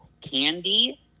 Candy